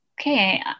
Okay